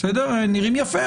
נראים יפה.